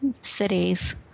cities